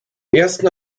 ersten